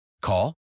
Call